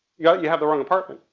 yeah you have the wrong apartment.